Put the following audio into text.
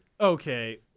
okay